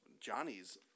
Johnny's